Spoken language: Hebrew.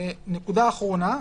נקודה אחרונה,